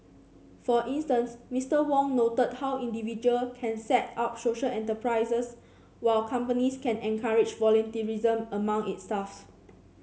for instance Mister Wong noted how individual can set up social enterprises while companies can encourage volunteerism among its staffs